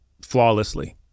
flawlessly